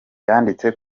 yanditse